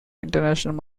international